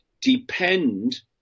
depend